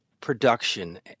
production